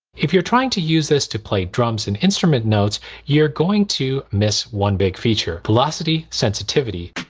if you're trying to use this to play drums and instrument notes you're going to miss one big feature velocity sensitivity.